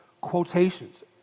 quotations